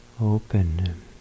open